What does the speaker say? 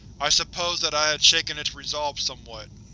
i suppose that i had shaken its resolve somewhat.